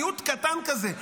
מיעוט קטן כזה,